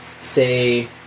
Say